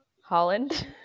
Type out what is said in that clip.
holland